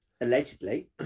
allegedly